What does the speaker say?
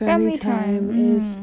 family time is